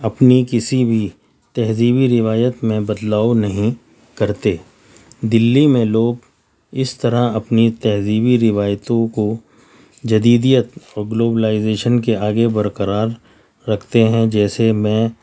اپنی کسی بھی تہذیبی روایت میں بدلاؤ نہیں کرتے دلی میں لوگ اس طرح اپنی تہذیبی روایتوں کو جدیدیت اور گلوبلائزیشن کے آگے برقرار رکھتے ہیں جیسے میں